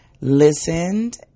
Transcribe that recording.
listened